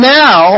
now